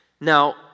Now